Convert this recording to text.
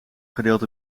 gedeeld